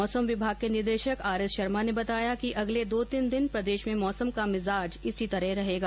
मौसम विभाग के निदेशक आरएस शर्मा ने बताया कि अगले दो तीन दिन प्रदेश में मौसम का मिजाज इसी तरह रहेगा